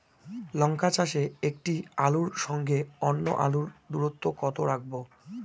লঙ্কা চাষে একটি আলুর সঙ্গে অন্য আলুর দূরত্ব কত রাখবো?